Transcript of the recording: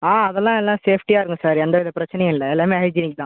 ஆ அதெல்லாம் எல்லாம் சேஃப்டியாக இருக்கும் சார் எந்தவித பிரச்சனையும் இல்லை எல்லாமே ஹைஜீனிக் தான்